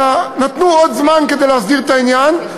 אלא נתנו עוד זמן כדי להסדיר את העניין.